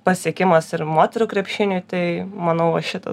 pasiekimas ir moterų krepšiniui tai manau va šitas